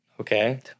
Okay